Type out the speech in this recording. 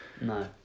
no